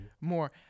more